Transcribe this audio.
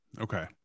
okay